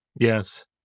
Yes